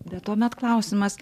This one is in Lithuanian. bet tuomet klausimas